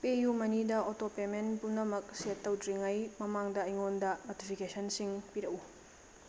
ꯄꯦ ꯌꯨ ꯃꯅꯤꯗ auto payment ꯄꯨꯝꯅꯃꯛ ꯁꯤꯌꯔ ꯇꯧꯗ꯭ꯔꯤꯉꯩ ꯃꯃꯥꯡꯗ ꯑꯩꯉꯣꯟꯗ ꯅꯣꯇꯤꯐꯤꯀꯦꯁꯟꯁꯤꯡ ꯄꯤꯔꯛꯎ